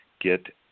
get